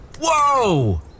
Whoa